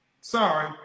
Sorry